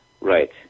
Right